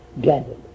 gathered